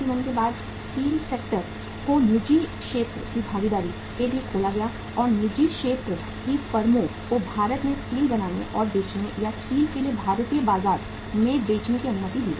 1991 के बाद जब स्टील सेक्टर को निजी क्षेत्र की भागीदारी के लिए खोला गया और निजी क्षेत्र की फर्मों को भारत में स्टील बनाने और बेचने या स्टील के लिए भारतीय बाजार में बेचने की अनुमति दी गई